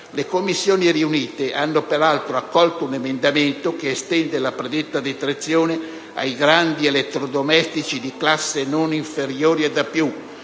Le Commissioni riunite hanno, peraltro, accolto un emendamento che estende la predetta detrazione ai grandi elettrodomestici di classe non inferiore ad